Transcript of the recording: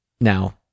Now